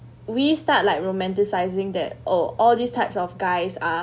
we start like romanticizing that oh all these types of guys are